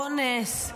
אונס,